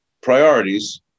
priorities